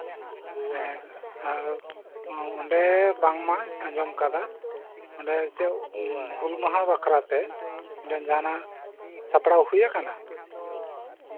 ᱦᱮᱸ ᱦᱮᱸ ᱚᱸᱰᱮ ᱵᱟᱝᱢᱟᱧ ᱟᱸᱡᱚᱢ ᱟᱠᱟᱫᱟ ᱚᱱᱮ ᱪᱮᱫ ᱦᱩᱞᱢᱟᱦᱟ ᱵᱟᱠᱷᱨᱟᱛᱮ ᱡᱮ ᱡᱟᱦᱟᱱᱟᱜ ᱥᱟᱯᱲᱟᱣ ᱦᱩᱭᱟᱠᱟᱱᱟ